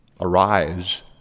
arise